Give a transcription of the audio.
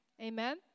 Amen